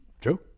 True